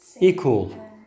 Equal